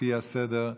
לפי הסדר.